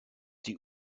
die